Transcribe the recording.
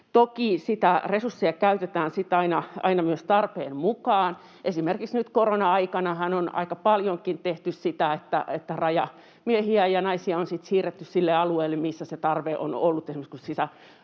Toki resursseja käytetään sitten aina myös tarpeen mukaan. Esimerkiksi nyt korona-aikanahan on aika paljonkin tehty sitä, että rajamiehiä ja ‑naisia on siirretty sille alueelle, missä se tarve on ollut,